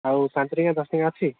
ଆଉ ପାଞ୍ଚ ଟଙ୍କିଆ ଦଶ ଟଙ୍କିଆ ଅଛି